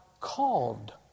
called